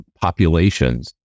populations